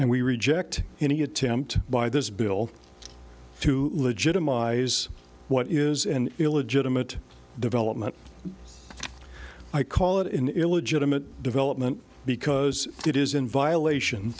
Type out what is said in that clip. and we reject any attempt by this bill to legitimize what is an illegitimate development i call it an illegitimate development because it is in violation